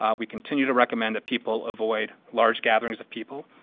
ah we continue to recommend that people avoid large gatherings of people,